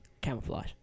camouflage